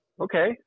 okay